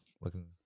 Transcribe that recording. Looking